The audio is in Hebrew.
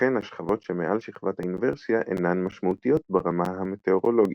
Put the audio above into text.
ולכן השכבות שמעל שכבת האינוורסיה אינן משמעותיות ברמה המטאורולוגית.